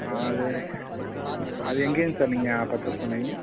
அது அது எங்கேருந்து சார் நீங்கள் பர்ச்சேஸ் பண்ணுவீங்கள்